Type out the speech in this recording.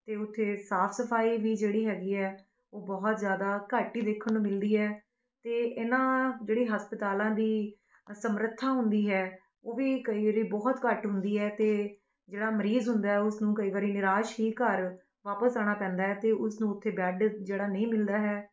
ਅਤੇ ਉੱਥੇ ਸਾਫ਼ ਸਫ਼ਾਈ ਵੀ ਜਿਹੜੀ ਹੈਗੀ ਹੈ ਉਹ ਬਹੁਤ ਜ਼ਿਆਦਾ ਘੱਟ ਹੀ ਦੇਖਣ ਨੂੰ ਮਿਲਦੀ ਹੈ ਅਤੇ ਇਹਨਾਂ ਜਿਹੜੇ ਹਸਪਤਾਲਾਂ ਦੀ ਸਮਰੱਥਾ ਹੁੰਦੀ ਹੈ ਉਹ ਵੀ ਕਈ ਵਾਰੀ ਬਹੁਤ ਘੱਟ ਹੁੰਦੀ ਹੈ ਅਤੇ ਜਿਹੜਾ ਮਰੀਜ਼ ਹੁੰਦਾ ਹੈ ਉਸਨੂੰ ਕਈ ਵਾਰੀ ਨਿਰਾਸ਼ ਹੀ ਘਰ ਵਾਪਿਸ ਆਉਣਾ ਪੈਂਦਾ ਹੈ ਅਤੇ ਉਸਨੂੰ ਉੱਥੇ ਬੈੱਡ ਜਿਹੜਾ ਨਹੀਂ ਮਿਲਦਾ ਹੈ